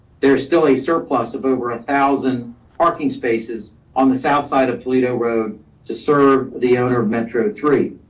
there's still a surplus of over a thousand parking spaces on the south side of toledo road to serve the owner of metro three.